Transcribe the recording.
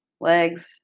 legs